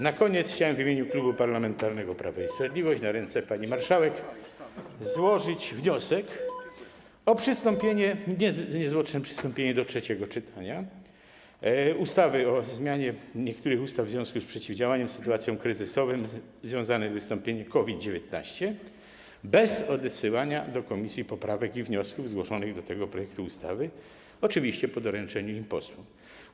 Na koniec w imieniu Klubu Parlamentarnego Prawo i Sprawiedliwość chciałem na ręce pani marszałek złożyć wniosek o niezwłoczne przystąpienie do trzeciego czytania projektu ustawy o zmianie niektórych ustaw w związku z przeciwdziałaniem sytuacjom kryzysowym związanym z wystąpieniem COVID-19 bez odsyłania do komisji poprawek i wniosków zgłoszonych do tego projektu ustawy, oczywiście po doręczeniu ich posłom.